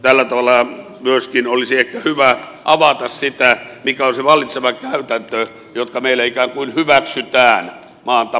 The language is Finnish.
tällä tavalla myöskin olisi ehkä hyvä avata sitä mikä on se vallitseva käytäntö joka meillä ikään kuin hyväksytään maan tapana